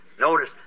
Notice